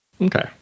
Okay